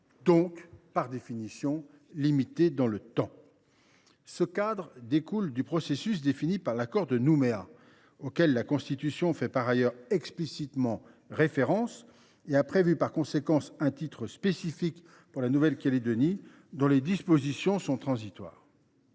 et donc limité dans le temps. Ce cadre découle du processus défini par l’accord de Nouméa, auquel la Constitution fait par ailleurs explicitement référence, et a prévu par conséquent un titre spécifique pour la Nouvelle Calédonie dont les dispositions sont transitoires.